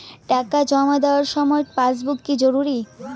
টাকা জমা দেবার সময় পাসবুক কি জরুরি?